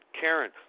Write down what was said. Karen